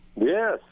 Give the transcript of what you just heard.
Yes